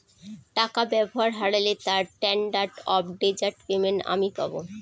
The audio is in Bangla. টাকা ব্যবহার হারলে তার স্ট্যান্ডার্ড অফ ডেজার্ট পেমেন্ট আমি পাব